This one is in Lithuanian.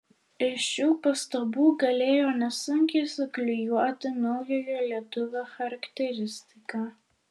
iš šių pastabų galėjo nesunkiai suklijuoti naujojo lietuvio charakteristiką